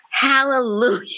Hallelujah